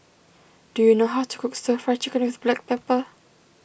do you know how to cook Stir Fry Chicken with Black Pepper